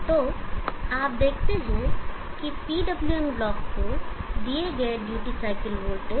तो आप देखते हैं कि PWM ब्लॉक को दिए गए ड्यूटी साइकिल वोल्टेज